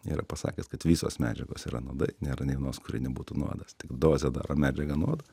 yra pasakęs kad visos medžiagos yra nuodai nėra nė vienos kuri nebūtų nuodas tik dozė daro medžiagą nuodu